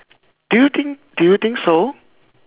do you think do you think so